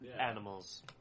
animals